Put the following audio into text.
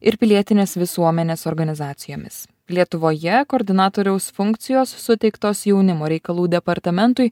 ir pilietinės visuomenės organizacijomis lietuvoje koordinatoriaus funkcijos suteiktos jaunimo reikalų departamentui